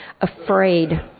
afraid